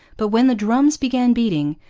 but when the drums began beating,